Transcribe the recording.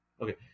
Okay